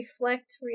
reflect